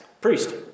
Priest